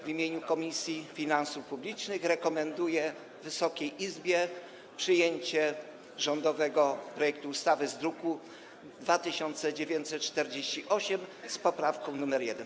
W imieniu Komisji Finansów Publicznych rekomenduję Wysokiej Izbie przyjęcie rządowego projektu ustawy z druku nr 2948, wraz z poprawką nr 1.